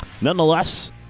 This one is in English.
nonetheless